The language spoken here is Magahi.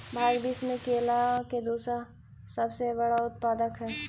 भारत विश्व में केला के दूसरा सबसे बड़ा उत्पादक हई